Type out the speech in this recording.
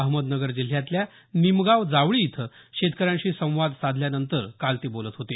अहमदनगर जिल्ह्यातल्या निमगाव जावळी इथं शेतकऱ्यांशी संवाद साधल्यानंतर काल ते बोलत होते